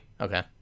Okay